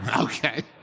Okay